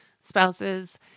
spouses